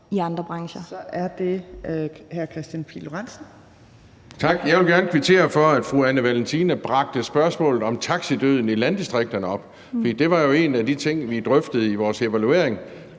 jeg da at hr. Kristian Pihl Lorentzen